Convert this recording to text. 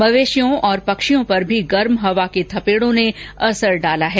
मवेशियों और पक्षियों पर भी गर्म हवा के थर्पड़ों ने असर डाला है